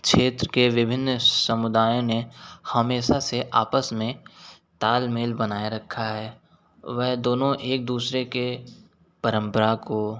क्षेत्र के विभिन्न समुदायों ने हमेशा से आपस में तालमेल बनाए रखा है वह दोनों एक दूसरे के परम्परा को